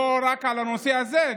לא רק על הנושא הזה,